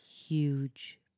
Huge